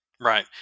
Right